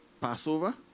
Passover